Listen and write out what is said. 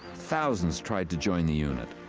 thousands tried to join the unit.